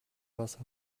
wasser